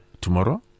tomorrow